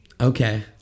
Okay